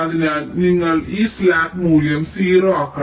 അതിനാൽ നിങ്ങൾ ഈ സ്ലാക്ക് മൂല്യം 0 ആക്കണം